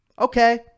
okay